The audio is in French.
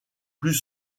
plus